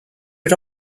but